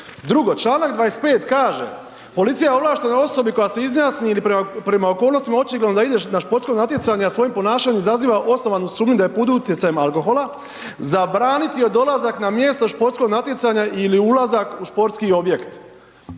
Drugo, čl. 25. kaže: „Policija ovlaštenoj osobi koja se izjasni ili prema okolnostima očigledno da ide na športsko natjecanje a svojim ponašanjem izaziva osnovanu sumnju da je pod utjecajem alkohola, zabraniti joj dolazak na mjesto športskog natjecanja ili ulazak u športski objekt.“